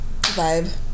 Vibe